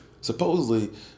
Supposedly